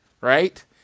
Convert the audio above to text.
right